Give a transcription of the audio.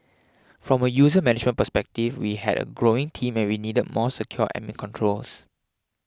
from a user management perspective we had a growing team and we needed more secure admin controls